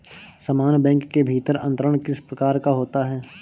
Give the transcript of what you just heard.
समान बैंक के भीतर अंतरण किस प्रकार का होता है?